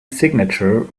signature